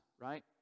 right